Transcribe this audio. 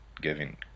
giving